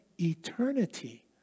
eternity